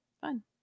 Fun